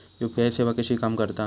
UPI सेवा कशी काम करता?